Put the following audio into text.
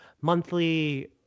monthly